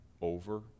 over